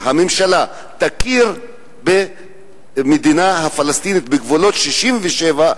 שהממשלה תכיר במדינה הפלסטינית בגבולות 67',